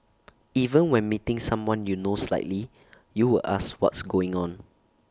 even when meeting someone you know slightly you would ask what's going on